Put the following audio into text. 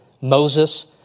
Moses